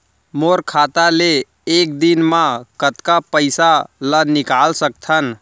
मोर खाता ले एक दिन म कतका पइसा ल निकल सकथन?